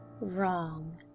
wrong